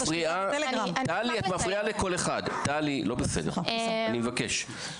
טלי את מפריעה לכל אחד, לא בסדר, אני מבקש.